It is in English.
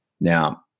Now